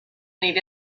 need